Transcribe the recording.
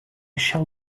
shall